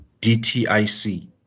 DTIC